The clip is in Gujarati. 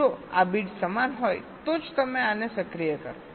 જો આ બીટ સમાન હોય તો જ તમે આને સક્રિય કરો